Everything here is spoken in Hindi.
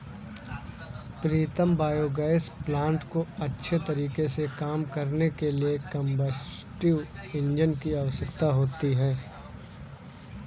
प्रीतम बायोगैस प्लांट को अच्छे तरीके से काम करने के लिए कंबस्टिव इंजन की आवश्यकता होती है